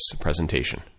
presentation